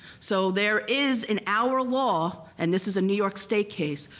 so there is, in our law, and this is a new york state case,